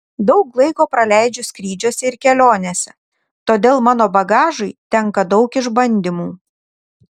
daug laiko praleidžiu skrydžiuose ir kelionėse todėl mano bagažui tenka daug išbandymų